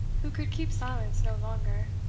who could keep silence no longer,